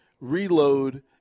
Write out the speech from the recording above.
reload